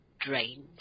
drained